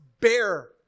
bear